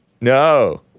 No